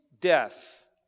death